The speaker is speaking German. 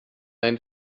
ein